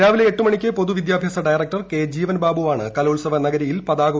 രാവിലെ എട്ട് മണ്ണിക്ക് പൊതുവിദ്യാഭ്യാസ ഡയറക്ടർ ജീവൻബാബുവാണ് കലോത്സവ നഗരിയിൽ പതാക കെ